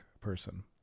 person